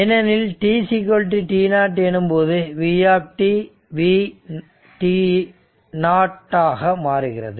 ஏனெனில் tt0 எனும்போது V V என மாறுகிறது